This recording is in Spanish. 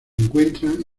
encuentran